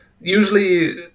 Usually